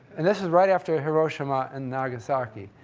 and this was right after hiroshima and nagasaki.